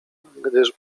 gdyż